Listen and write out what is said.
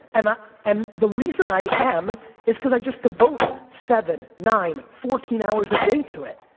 and ah and the reason i am is cause i just devote seven, nine, fourteen hours a day to it,